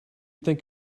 think